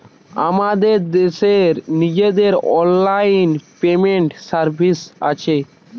আমাদের দেশের নিজেদের অনলাইন পেমেন্ট সার্ভিস আছে